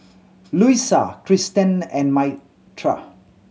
Luisa Christen and Myrta